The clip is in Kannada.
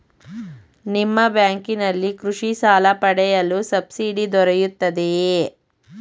ನಿಮ್ಮ ಬ್ಯಾಂಕಿನಲ್ಲಿ ಕೃಷಿ ಸಾಲ ಪಡೆಯಲು ಸಬ್ಸಿಡಿ ದೊರೆಯುತ್ತದೆಯೇ?